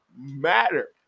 matter